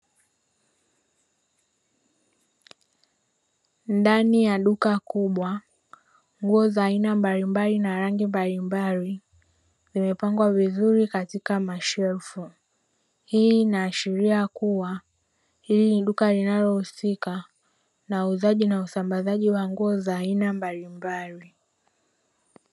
Ndani ya duka kubwa nguo za aina mbalimbali na rangi mbalimbali, zimepangwa vizuri katika mashelfu, hii inaashiria kuwa, hili ni duka linalohusika na uuzaji na usambazaji wa nguo za aina mbalimbali.